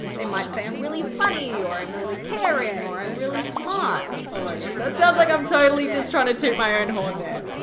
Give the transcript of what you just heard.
they might say i'm really funny or i'm really caring, or i'm really smart. oh my gosh, that sounds like i'm totally just trying to toot my own and horn there.